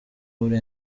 muri